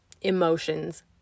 emotions